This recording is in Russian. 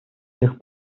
тех